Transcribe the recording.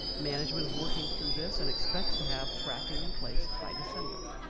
management is working through this and expect to have tracking in-place by december.